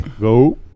go